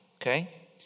okay